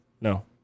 No